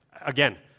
Again